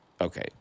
Okay